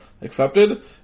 accepted